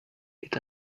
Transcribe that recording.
est